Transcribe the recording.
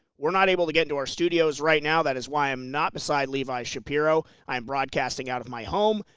we're not able to get into our studios right now, that is why i'm not beside levi shapiro, i am broadcasting out of my home,